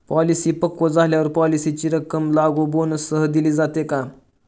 Policy पक्व झाल्यावर पॉलिसीची रक्कम लागू बोनससह दिली जाते का?